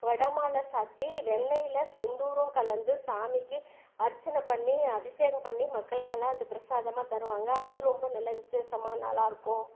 வடை மாலை சாற்றி வெண்ணையில் செந்தூரம் கலந்து சாமிக்கு அர்ச்சனை பண்ணி அபிஷேகம் பண்ணி மக்களுக்கெல்லாம் அது பிரசாதமாக தருவாங்க அது ரொம்ப நல்ல விசேஷமான நாளாக இருக்கும்